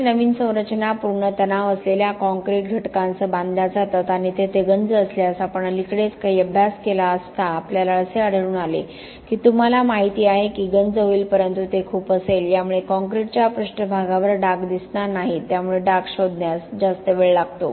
अनेक नवीन संरचना पूर्व तणाव असलेल्या काँक्रीट घटकांसह बांधल्या जातात आणि तेथे गंज असल्यासआपण अलीकडेच काही अभ्यास केला असता आपल्याला असे आढळून आले की तुम्हाला माहिती आहे की गंज होईल परंतु ते खूप असेल यामुळे काँक्रीटच्या पृष्ठभागावर डाग दिसणार नाहीत त्यामुळे डाग शोधण्यास जास्त वेळ लागतो